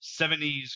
70s